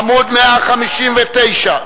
עמוד 159,